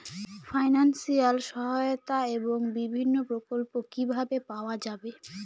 Financial সহায়তা এবং বিভিন্ন প্রকল্প কিভাবে পাওয়া যাবে?